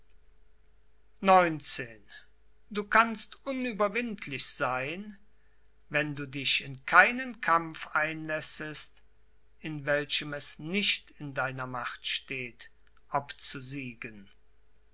du kannst unüberwindlich sein wenn du dich in keinen kampf einlässest in welchem es nicht in deiner macht steht obzusiegen